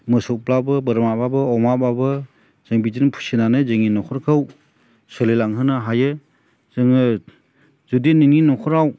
मोसौब्लाबो बोरमाब्लाबो अमाब्लाबो जों बिदिनो फिसिनानै जोंनि न'खरखौ सोलिलांहोनो हायो जोङो जुदि नोंनि न'खराव